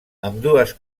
ambdues